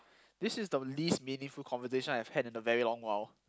this is the least meaningful conversation I have had in a very long while